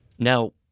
Now